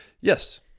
yes